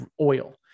oil